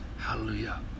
Hallelujah